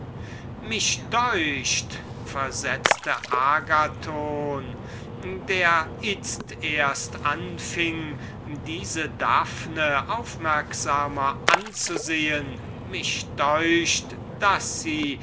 mich deucht versetzte agathon der itzt erst anfing sie aufmerksamer anzusehen mich deucht daß sie